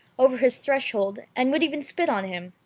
over his threshold, and would even spit on him.